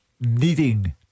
Needing